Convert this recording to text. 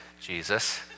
Jesus